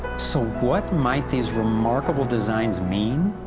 so what might these remarkable designs mean?